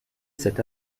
cet